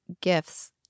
gifts